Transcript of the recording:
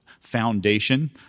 foundation